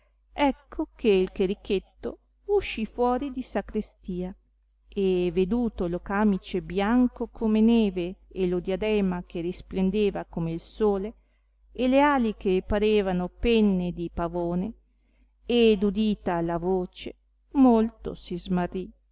ecco che il cherichetto uscì fuori di sacrestia e veduto lo camice bianco come neve e lo diadema che risplendeva come il sole e le ali che parevano penne di pavone ed udita la voce molto si